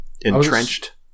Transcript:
Entrenched